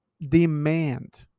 demand